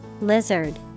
Lizard